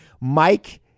Mike